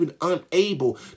unable